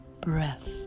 breath